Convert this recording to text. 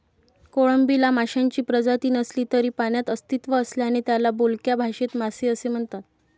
कोळंबीला माशांची प्रजाती नसली तरी पाण्यात अस्तित्व असल्याने त्याला बोलक्या भाषेत मासे असे म्हणतात